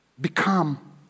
Become